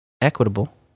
equitable